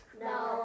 No